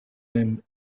him